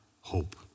hope